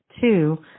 Two